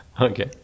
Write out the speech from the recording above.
Okay